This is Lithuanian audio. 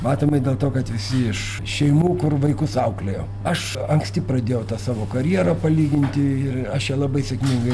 matomai dėl to kad visi iš šeimų kur vaikus auklėjo aš anksti pradėjau tą savo karjerą palyginti ir aš ją labai sėkmingai